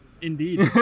Indeed